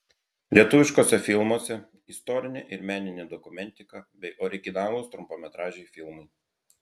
lietuviškuose filmuose istorinė ir meninė dokumentika bei originalūs trumpametražiai filmai